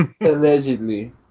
Allegedly